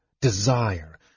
desire